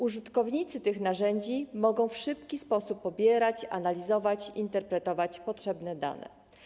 Użytkownicy tych narzędzi mogą w szybki sposób pobierać, analizować i interpretować potrzebne dane.